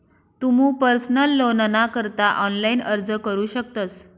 तुमू पर्सनल लोनना करता ऑनलाइन अर्ज करू शकतस